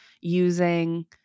using